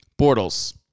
Bortles